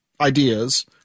ideas